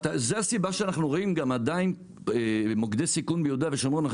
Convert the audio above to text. זו הסיבה שאנחנו רואים גם עדיין מוקדי סיכון ביהודה ושומרון.